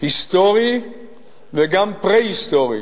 היסטורי וגם פרה-היסטורי,